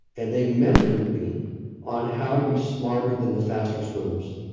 and they've mentored me on how to be smarter than the fastest swimmers.